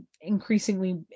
increasingly